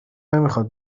نمیخاد